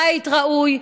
בית ראוי,